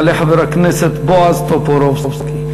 יעלה חבר הכנסת בועז טופורובסקי,